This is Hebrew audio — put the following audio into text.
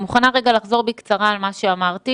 אני מוכנה לחזור בקצרה על מה שאמרתי,